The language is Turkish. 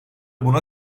buna